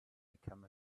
become